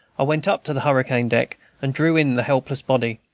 went up to the hurricane-deck and drew in the helpless body,